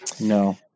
No